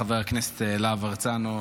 חבר הכנסת להב הרצנו,